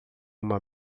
uma